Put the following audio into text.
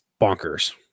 bonkers